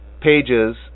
pages